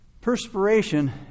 Perspiration